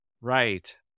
Right